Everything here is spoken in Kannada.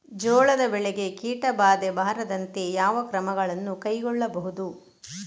ಜೋಳದ ಬೆಳೆಗೆ ಕೀಟಬಾಧೆ ಬಾರದಂತೆ ಯಾವ ಕ್ರಮಗಳನ್ನು ಕೈಗೊಳ್ಳಬಹುದು?